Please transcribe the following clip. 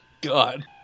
God